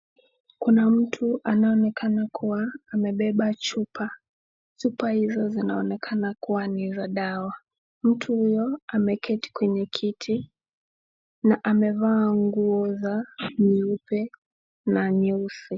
Kuna mtu anaonekana kuwa amebeba chupa. Chupa hizo zinaonekana kuwa ni za dawa. Mtu huyo ameketi kwenye kiti na amevaa nguo za nyeupe na nyeusi.